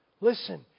Listen